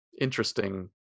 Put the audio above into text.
interesting